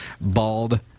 bald